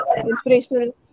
inspirational